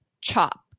chop